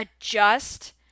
adjust